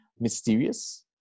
mysterious